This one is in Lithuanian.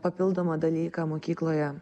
papildomą dalyką mokykloje